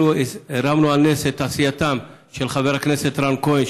הרמנו על נס את עשייתם של חבר הכנסת רן כהן,